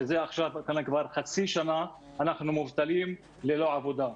כך שחצי שנה אנחנו מובטלים ללא עבודה.